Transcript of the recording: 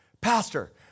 Pastor